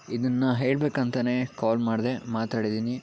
ಇದನ್ನು ಹೇಳಬೇಕಂತಲೇ ಕಾಲ್ ಮಾಡಿದೆ ಮಾತಾಡಿದ್ದೀನಿ